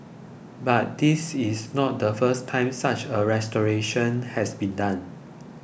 but this is not the first time such a restoration has been done